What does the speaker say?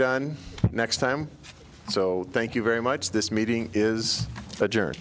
done next time so thank you very much this meeting is a